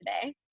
today